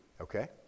okay